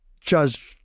judge